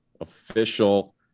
official